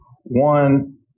One